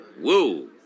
Woo